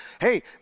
hey